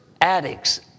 addicts